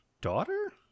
daughter